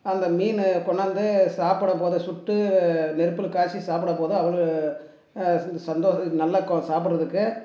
அந்த மீன் கொண்ணாந்து சாப்பிடும் போது சுட்டு நெருப்பில் காய்ச்சி சாப்பிடும் போது அவ்வளோ சந் சந்தோஷம் இது நல்லாருக்கும் சாப்பிட்றதுக்கு